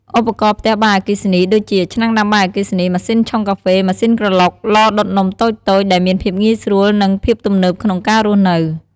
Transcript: ឧបករណ៍ផ្ទះបាយអគ្គិសនី ដូចជា ឆ្នាំងដាំបាយអគ្គិសនី ម៉ាស៊ីនឆុងកាហ្វេ ម៉ាស៊ីនក្រឡុក ឡដុតនំតូចៗ ដែលមានភាពងាយស្រួល និង ភាពទំនើបក្នុងការរស់នៅ។